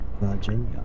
Virginia